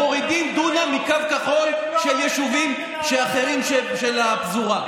מורידים דונם מקו כחול של יישובים אחרים של הפזורה.